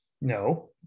no